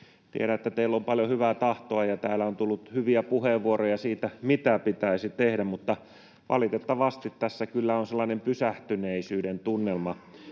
Tiedän, että teillä on paljon hyvää tahtoa, ja täällä on tullut hyviä puheenvuoroja siitä, mitä pitäisi tehdä, mutta valitettavasti tässä kyllä on sellainen pysähtyneisyyden tunnelma.